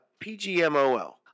PGMOL